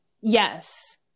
yes